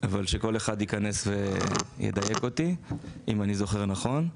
אבל שכל אחד ייכנס וידייק אותי אם אני זוכר נכון.